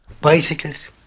Bicycles